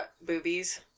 boobies